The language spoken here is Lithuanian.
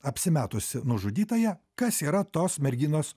apsimetusi nužudytąją kas yra tos merginos